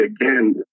Again